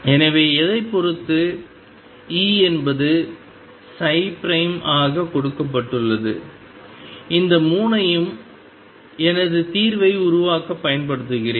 எனவே எதைப் பொறுத்து E என்பது ஆக கொடுக்கப்பட்டுள்ளது இந்த 3 ஐயும் எனது தீர்வை உருவாக்க பயன்படுத்துகிறேன்